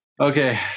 okay